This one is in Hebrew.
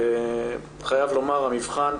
חייב לומר, המבחן,